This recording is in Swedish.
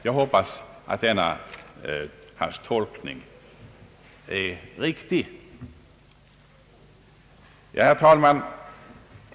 Jag hoppas att denna hans tolkning är riktig. Herr talman!